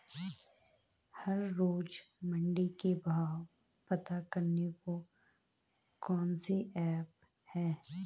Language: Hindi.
हर रोज़ मंडी के भाव पता करने को कौन सी ऐप है?